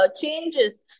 changes